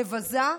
מבזה,